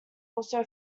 also